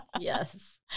yes